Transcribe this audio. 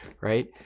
right